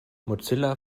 mozilla